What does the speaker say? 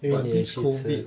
but this COVID